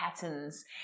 patterns